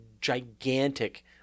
gigantic